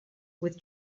with